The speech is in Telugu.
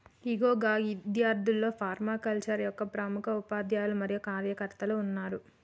ఇగో గా ఇద్యార్థుల్లో ఫర్మాకల్చరే యొక్క ప్రముఖ ఉపాధ్యాయులు మరియు కార్యకర్తలు ఉన్నారు